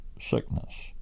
sickness